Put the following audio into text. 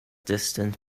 distant